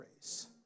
race